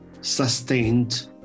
sustained